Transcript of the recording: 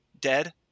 Dead